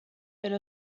elle